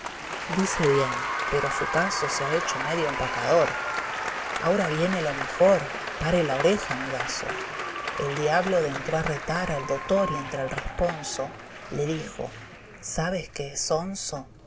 dice bien pero su caso s ha hecho medio empacador aura viene lo mejor pare la oreja amigaso el diablo dentro a retar al dotor y entre el responso le dijo sabe que es sonso